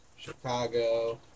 Chicago